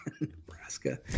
Nebraska